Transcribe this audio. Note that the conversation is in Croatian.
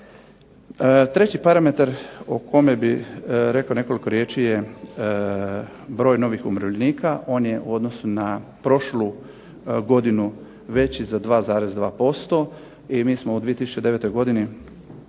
Treći parametar o kome bih rekao nekoliko riječi je broj novih umirovljenika. On je u odnosu na prošlu godinu veći za 2,2% i mi smo u 2009. godini